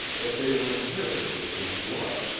but they were inherited with his blood,